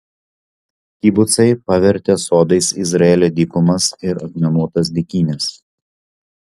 kibucai pavertė sodais izraelio dykumas ir akmenuotas dykynes